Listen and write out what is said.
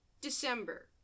December